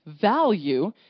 Value